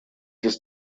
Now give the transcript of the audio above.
des